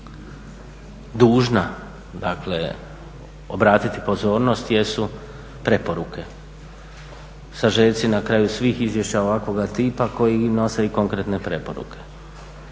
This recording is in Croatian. dužna obratiti pozornost jesu preporuke, sažeci na kraju svih izvješća ovakvoga tipa koji nose i konkretne preporuke